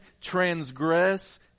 transgress